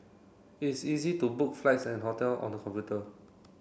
it is easy to book flights and hotel on the computer